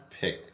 pick